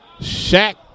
Shaq